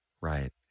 right